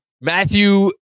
Matthew